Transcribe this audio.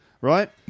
Right